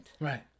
Right